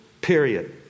period